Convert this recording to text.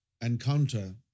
encounter